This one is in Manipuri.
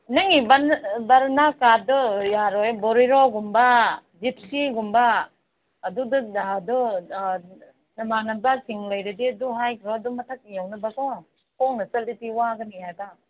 ꯅꯪꯒꯤ ꯕꯔꯅꯥ ꯀꯥꯔꯗꯣ ꯌꯥꯔꯣꯏꯌꯦ ꯕꯣꯂꯦꯔꯣꯒꯨꯝꯕ ꯖꯤꯞꯁꯤꯒꯨꯝꯕ ꯑꯗꯨꯗ ꯑꯥ ꯅꯃꯥꯅꯕꯁꯤꯡ ꯂꯩꯔꯗꯤ ꯑꯗꯨ ꯍꯥꯏꯈ꯭ꯔꯣ ꯑꯗꯨ ꯃꯊꯛꯀꯤ ꯌꯧꯅꯕꯀꯣ ꯈꯣꯡꯃꯅ ꯆꯠꯂꯗꯤ ꯋꯥꯒꯅꯤ ꯍꯥꯏꯕ